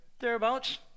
thereabouts